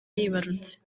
yibarutse